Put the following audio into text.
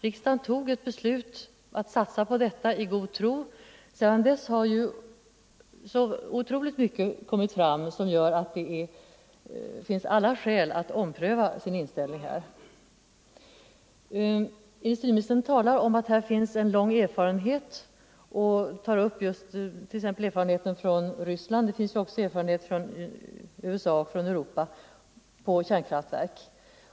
Riksdagen fattade ett beslut om att satsa på den i god tro. Sedan dess har ju så otroligt mycket kommit fram som gör att det finns alla skäl att ompröva sin inställning. Industriministern talar om att det här finns en lång erfarenhet, och han tar upp erfarenheten från Ryssland. Det finns också erfarenhet från USA och det övriga Europa i fråga om kärnkraftverk.